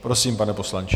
Prosím, pane poslanče.